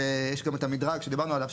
יש גם את המדרג שדיברנו עליו,